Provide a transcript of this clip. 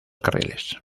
carriles